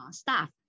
staff